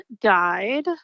died